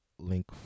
link